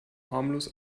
harmlos